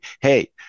hey